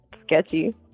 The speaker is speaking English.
sketchy